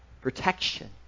Protection